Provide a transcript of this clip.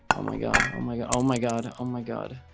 oh my god oh my god oh my god oh my god